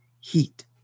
heat